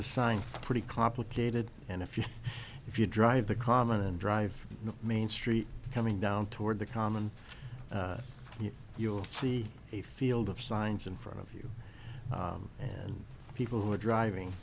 the sign pretty complicated and if you if you drive the common and drive the main street coming down toward the common you you'll see a field of signs in front of you and people who are driving